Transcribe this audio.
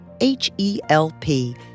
H-E-L-P